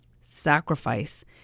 sacrifice